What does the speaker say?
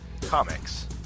Comics